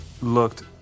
Looked